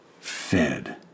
fed